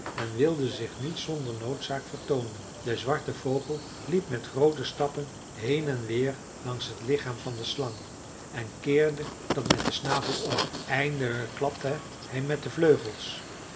en wilde zich niet zonder noodzaak vertoonen de zwarte vogel liep met groote stappen heen en weer langs het lichaam van de slang en keerde dat met den snavel om eindelijk klapte hij met de vleugels